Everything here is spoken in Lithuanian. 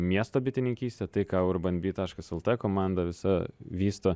miesto bitininkystė tai ką urban bee taškas lt komanda visa vysto